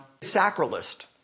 sacralist